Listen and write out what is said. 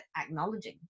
acknowledging